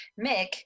Mick